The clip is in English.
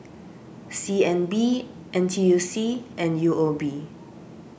C N B N T U C and U O B